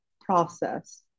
process